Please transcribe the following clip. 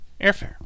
airfare